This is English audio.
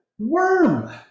Worm